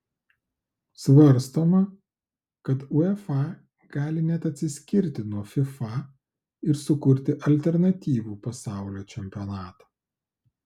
svarstoma kad uefa gali net atsiskirti nuo fifa ir sukurti alternatyvų pasaulio čempionatą